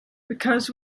because